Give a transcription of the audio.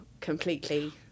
completely